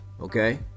okay